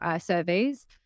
surveys